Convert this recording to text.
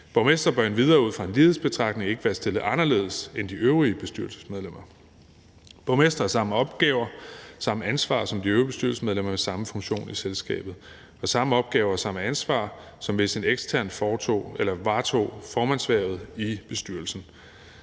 Borgmestre bør endvidere ud fra en lighedsbetragtning ikke være stillet anderledes end de øvrige bestyrelsesmedlemmer. Borgmestre har samme opgaver, samme ansvar som de øvrige bestyrelsesmedlemmer med samme funktion i selskabet og samme opgaver og samme ansvar, som hvis en ekstern varetog formandshvervet i bestyrelsen.